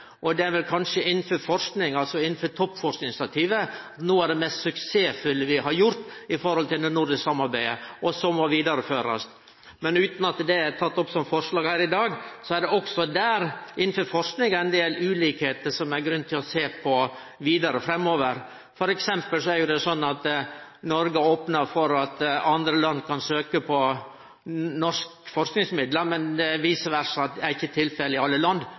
vel kanskje innanfor forsking, altså innanfor Toppforskingsinitiativet, at noko av det mest suksessfylte er gjort når det gjeld det nordiske samarbeidet, og som må vidareførast. Men utan at det er teke opp som forslag her i dag, er det også der, innanfor forsking, ein del ulikskapar som det er grunn til å sjå på vidare framover. For eksempel er det slik at Noreg har opna for at andre land kan søkje om norske forskingsmidlar, men vice versa er ikkje tilfellet i alle land.